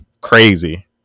crazy